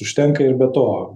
užtenka ir be to